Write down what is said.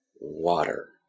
water